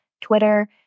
twitter